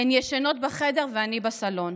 הן ישנות בחדר ואני בסלון.